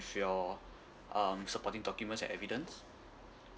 with your um supporting documents and evidence